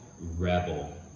Rebel